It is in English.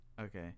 Okay